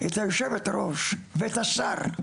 לברך את יושבת ראש הוועדה ואת השר על